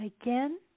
again